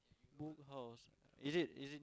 Book House is it is it